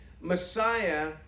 Messiah